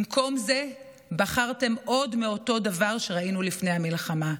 במקום זה בחרתם עוד מאותו דבר שראינו לפני המלחמה,